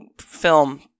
film